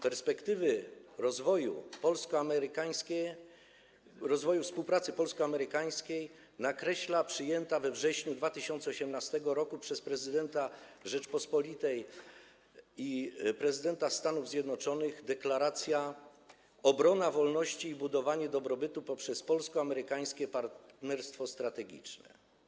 Perspektywy rozwoju współpracy polsko-amerykańskiej nakreśla przyjęta we wrześniu 2018 r. przez prezydenta Rzeczypospolitej i prezydenta Stanów Zjednoczonych deklaracja „Obrona wolności i budowanie dobrobytu poprzez polsko-amerykańskie partnerstwo strategiczne”